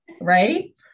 Right